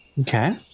Okay